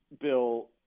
Bill